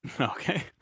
Okay